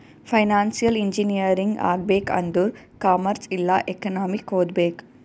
financial engineering ಆಗ್ಬೇಕ್ ಆಂದುರ್ commerce ಇಲ್ಲಾ ಎಕನಾಮಿಕ್ ಓದ್ಬೇಕ್